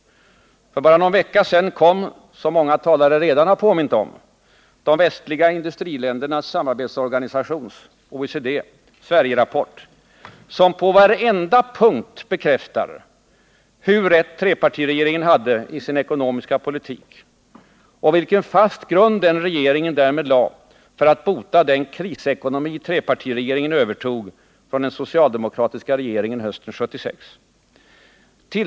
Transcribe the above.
För bara någon vecka sedan kom, som många talare redan påmint om, de västliga industriländernas samarbetsorganisations Sverigerapport, som på varenda punkt bekräftar, hur rätt trepartiregeringen hade i sin ekonomiska politik och vilken fast grund den regeringen därmed lade för att bota den krisekonomi trepartiregeringen övertog från den socialdemokratiska regeringen hösten 1976.